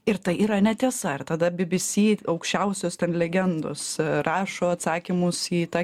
ir tai yra netiesa ar tada bbc aukščiausios ten legendos rašo atsakymus į tą